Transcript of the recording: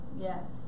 yes